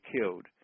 killed